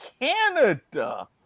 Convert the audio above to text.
Canada